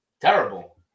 terrible